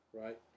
right